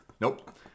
Nope